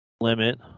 limit